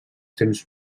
temps